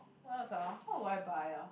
what else ah what would I buy ah